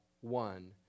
one